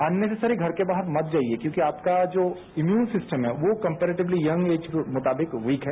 unnecessary घर के बाहर मत जाइए क्योंकिआपका जो इम्युन सिस्टम है वो कम्पेरेटिवली यंग ऐज के मुताबिक वीक है